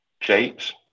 shapes